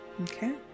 Okay